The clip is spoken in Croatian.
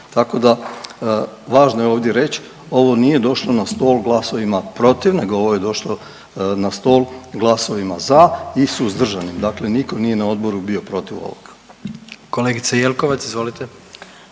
Tako da važno je ovdje reć ovo nije došlo na stol glasovima protiv nego ovo je došlo na stol glasovima za i suzdržanim, dakle nitko nije na odboru bio protiv ovoga. **Jandroković, Gordan